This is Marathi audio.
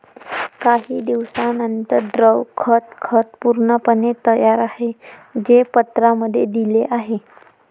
काही दिवसांनंतर, द्रव खत खत पूर्णपणे तयार आहे, जे पत्रांमध्ये दिले आहे